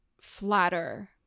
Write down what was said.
flatter